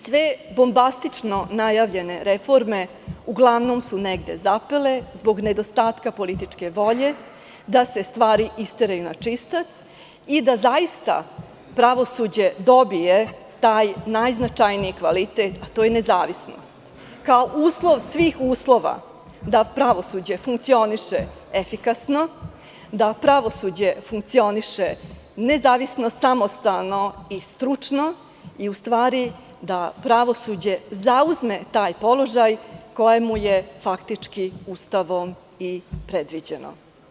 Sve bombastično najavljene reforme uglavnom su negde zapele zbog nedostatka političke volje da se stvari isteraju na čistac i da zaista pravosuđe dobije taj najznačajniji kvalitet, a to je nezavisnost, kao uslov svih uslova da pravosuđe funkcioniše efikasno, da pravosuđe funkcioniše nezavisno, samostalno i stručno, da pravosuđe zauzme taj položaj koji mu je Ustavom i predviđen.